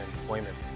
employment